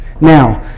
Now